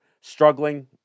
struggling